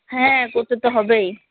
হ্যাঁ করতে তো হবেই